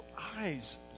eyes